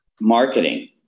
marketing